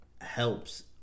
helps